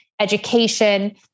education